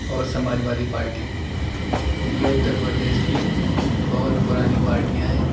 اور Samajwadi party یہ اتّر پردیش کی بہت پرانی پارٹیاں ہیں